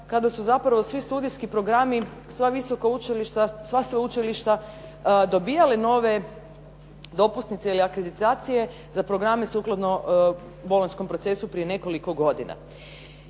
kada su zapravo svi studijski programi, sva visoka učilišta, sva sveučilišta dobivale nove dopusnice ili akreditacije za programe sukladno bolonjskom procesu prije nekoliko godina.